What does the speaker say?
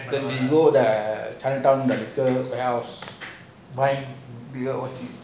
then we go the chinatown what else